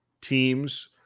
teams